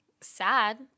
sad